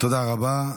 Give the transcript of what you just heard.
תודה רבה.